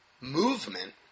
movement